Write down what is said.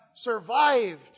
survived